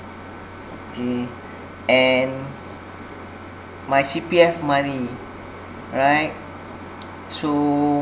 okay and my C_P_F money right so